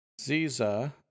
Ziza